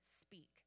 speak